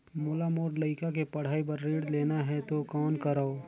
मोला मोर लइका के पढ़ाई बर ऋण लेना है तो कौन करव?